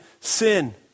sin